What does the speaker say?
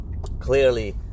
Clearly